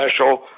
special